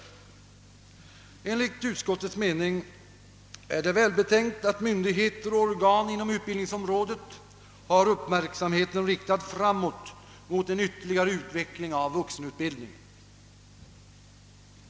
Enligt utskottets mening är det välbetänkt att myndigheter och organ inom utbildningsområdet har uppmärksamheten riktad framåt mot en ytterligare utveckling av vuxenutbildningen.